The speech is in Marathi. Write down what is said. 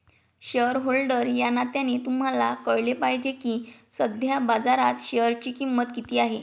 शेअरहोल्डर या नात्याने तुम्हाला कळले पाहिजे की सध्या बाजारात शेअरची किंमत किती आहे